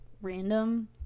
random